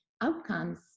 outcomes